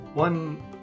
One